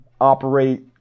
operate